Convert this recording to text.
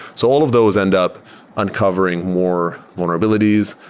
so all of those end up uncovering more vulnerabilities.